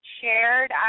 shared